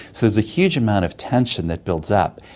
so there's a huge amount of tension that builds up,